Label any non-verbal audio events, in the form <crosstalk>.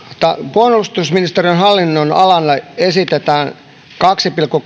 puolustusministeriön hallinnonalalle esitetään kahden pilkku <unintelligible>